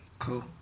cool